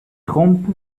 trompe